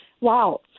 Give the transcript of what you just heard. Wow